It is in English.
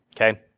Okay